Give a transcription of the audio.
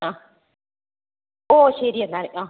ആ ഓ ശരിയെന്നാൽ ആ